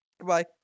Goodbye